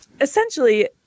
essentially